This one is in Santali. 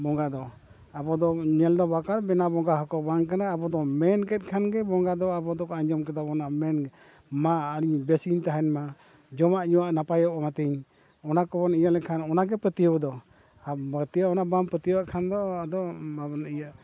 ᱵᱚᱸᱜᱟ ᱫᱚ ᱟᱵᱚ ᱫᱚ ᱧᱮᱧᱮᱞ ᱫᱚ ᱵᱟᱝᱟ ᱵᱮᱱᱟᱣ ᱵᱚᱸᱜᱟ ᱦᱚᱸᱠᱚ ᱵᱟᱝ ᱠᱟᱱᱟ ᱟᱵᱚ ᱫᱚ ᱢᱮᱱ ᱠᱮᱜ ᱠᱷᱟᱱ ᱜᱮ ᱵᱚᱸᱜᱟ ᱫᱚ ᱟᱵᱚ ᱫᱚ ᱟᱸᱡᱚᱢ ᱠᱮᱫᱟ ᱵᱚᱱ ᱢᱮᱱ ᱢᱟ ᱤᱧ ᱵᱮᱹᱥ ᱤᱧ ᱛᱟᱦᱮᱱ ᱢᱟ ᱡᱚᱢᱟᱜ ᱧᱩᱣᱟᱜ ᱱᱟᱯᱟᱭᱚᱜ ᱢᱟ ᱛᱤᱧ ᱚᱱᱟ ᱠᱚᱵᱚᱱ ᱤᱭᱟᱹ ᱞᱮᱠᱷᱟᱱ ᱚᱱᱟᱜᱮ ᱯᱟᱹᱛᱭᱟᱹᱣ ᱫᱚ ᱟᱨ ᱯᱟᱹᱛᱭᱟᱹᱣ ᱚᱱᱟ ᱵᱟᱢ ᱯᱟᱹᱛᱭᱟᱹᱣᱟᱜ ᱠᱷᱟᱱ ᱫᱚ ᱟᱫᱚ ᱵᱟᱵᱚᱱ ᱤᱭᱟᱹᱜᱼᱟ